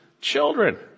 children